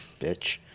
bitch